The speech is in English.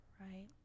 right